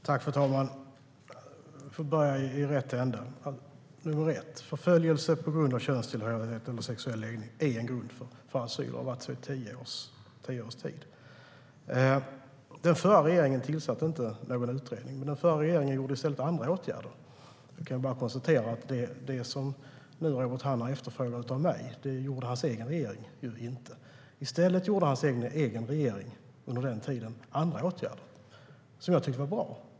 Fru talman! För att börja i rätt ände: Förföljelse på grund av könstillhörighet eller sexuell läggning är grund för asyl och har varit det i tio års tid. Den förra regeringen tillsatte ingen utredning, men den vidtog andra åtgärder. Jag kan bara konstatera att Robert Hannahs egen regering inte gjorde det han nu efterfrågar av mig. I stället vidtog hans egen regering under den tiden andra åtgärder, som jag tycker var bra.